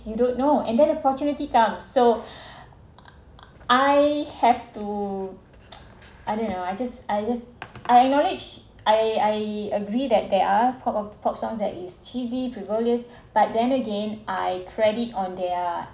you don't know and then opportunity come so I have to I don't know I just I just I acknowledge I I agree that there are part of the pop song that is cheesy frivolous but then again I credit on their